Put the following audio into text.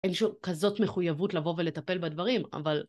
אין שום כזאת מחויבות לבוא ולטפל בדברים, אבל...